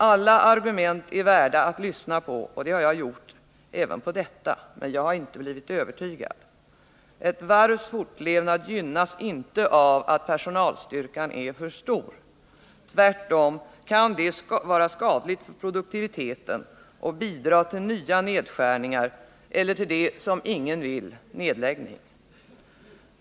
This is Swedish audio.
Alla argument är värda att lyssna på, och det har jag gjort även på detta, men jag har inte blivit övertygad. Ett varvs fortlevnad gynnas inte av att personalstyrkan är för stor. Tvärtom kan det vara skadligt för produktiviteten och bidra till nya nedskärningar eller till det som ingen vill: nedläggning.